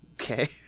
Okay